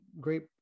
great